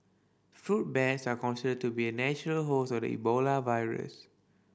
fruit bats are considered to be the natural host of the Ebola virus